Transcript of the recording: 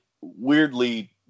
weirdly